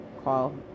call